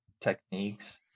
techniques